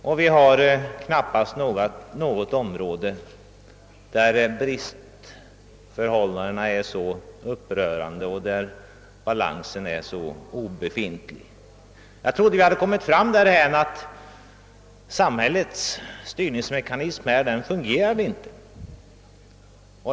Men det finns knappast något område där bristförhållandena är så upprörande och där balansen är så dålig. Jag trodde vi hade kommit dithän, att vi blivit överens om att samhällets styresmekanism inte funserar.